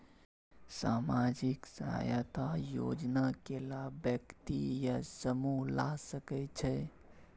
सामाजिक सहायता योजना के लाभ व्यक्ति या समूह ला सकै छै?